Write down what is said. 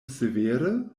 severe